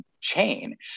chain